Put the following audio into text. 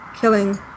killing